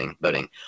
voting